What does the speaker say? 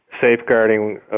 safeguarding